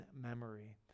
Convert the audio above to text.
memory